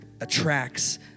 attracts